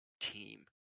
team